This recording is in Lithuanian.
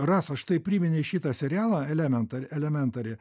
rasa štai tai priminei šitą serialą elementar elementari